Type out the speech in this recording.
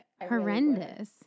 horrendous